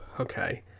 Okay